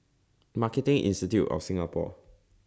Marketing Institute of Singapore